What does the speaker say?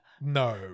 No